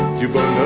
you believe